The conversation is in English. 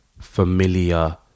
familiar